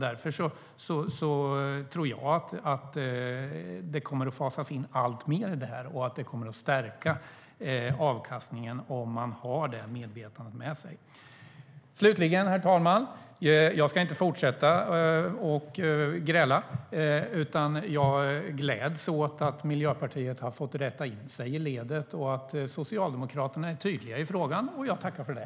Därför tror jag att detta kommer att fasas in alltmer, och det kommer att stärka avkastningen om man har det medvetandet med sig. Jag ska inte fortsätta gräla. Jag gläds åt att Miljöpartiet har fått rätta in sig i ledet och att Socialdemokraterna är tydliga i frågan. Jag tackar för det.